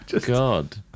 God